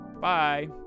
Bye